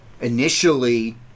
initially